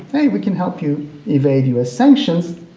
hey we can help you evade u s. sanctions',